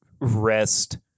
rest